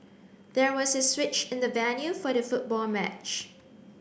there was a switch in the venue for the football match